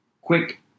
quick